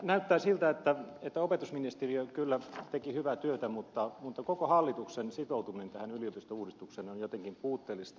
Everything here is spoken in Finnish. näyttää siltä että opetusministeriö teki kyllä hyvää työtä mutta koko hallituksen sitoutuminen tähän yliopistouudistukseen on jotenkin puutteellista